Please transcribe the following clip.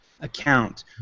account